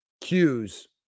cues